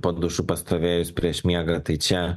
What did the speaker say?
po dušu pastovėjus prieš miegą tai čia